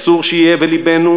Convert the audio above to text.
שאסור שיהיה בלבנו,